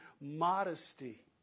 modesty